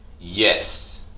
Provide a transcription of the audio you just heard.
Yes